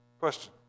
Question